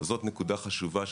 זאת נקודה חשובה,